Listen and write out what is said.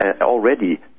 already